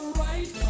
right